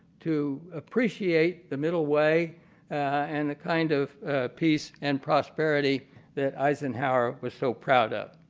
to appreciate the middle way and a kind of peace and prosperity that eisenhower was so proud of.